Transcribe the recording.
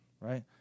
right